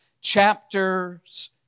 chapters